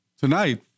tonight